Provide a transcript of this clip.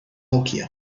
nokia